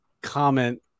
comment